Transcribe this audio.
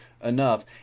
enough